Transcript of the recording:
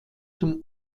zum